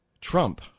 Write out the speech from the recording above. Trump